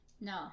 No